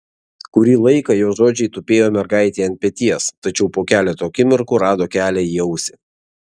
kurį laiką jo žodžiai tupėjo mergaitei ant peties tačiau po keleto akimirkų rado kelią į ausį